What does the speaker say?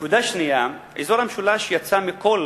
נקודה שנייה, אזור המשולש יצא מכל